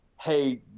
Hey